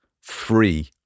free